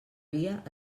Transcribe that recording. via